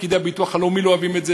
פקידי הביטוח הלאומי לא אוהבים את זה,